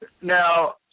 Now